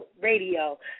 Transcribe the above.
Radio